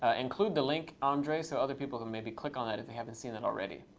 ah include the link, andrej, so other people who maybe click on it if they haven't seen it already.